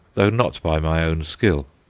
though not by my own skill.